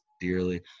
dearly